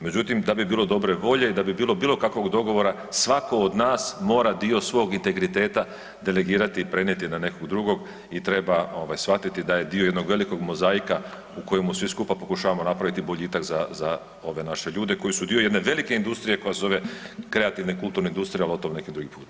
Međutim, da bi bilo dobre volje i da bi bilo bilo kakvog dogovora svako od nas mora dio svog integriteta delegirati i prenijeti na nekog drugog i treba shvatiti da je dio jednog velikog mozaika u kojemu svi skupa pokušavamo napraviti boljitak za ove naše ljude koji su dio jedne velike industrije koja se zove kreativna kulturna industrija, ali o tome neki drugi puta.